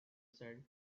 said